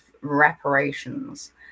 reparations